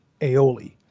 aioli